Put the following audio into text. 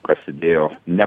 prasidėjo ne